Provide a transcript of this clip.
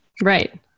Right